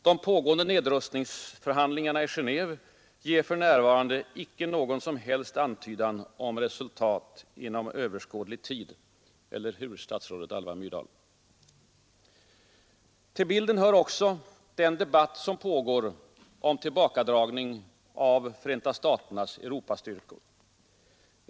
De pågående nedrustningsförhandlingarna i Geneve ger för närvarande inte heller någon som helst antydan om resultat inom överskådlig tid — eller hur, statsrådet Alva Myrdal? Till bilden hör också den debatt som pågår om tillbakadragning av Förenta staternas Europastyrkor.